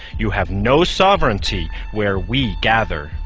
you have no sovereignty where we gather.